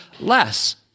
less